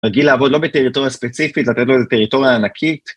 רגיל לעבוד לא בטריטוריה ספציפית, לתת לו איזו טריטוריה ענקית.